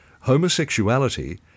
homosexuality